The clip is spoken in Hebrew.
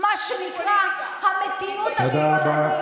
אל תתקפי כל הזמן.